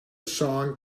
song